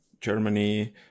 Germany